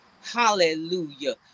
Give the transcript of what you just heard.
Hallelujah